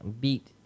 beat